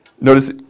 Notice